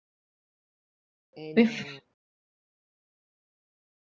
with